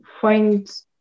find